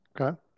Okay